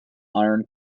iron